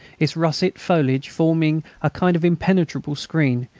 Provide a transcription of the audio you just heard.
its russet foliage forming a kind of impenetrable screen,